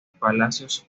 palacios